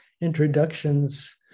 introductions